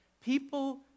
People